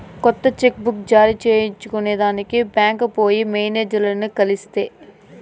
కొత్త cheque book జారీ చేయించుకొనేదానికి బాంక్కి పోయి మేనేజర్లని కలిస్తి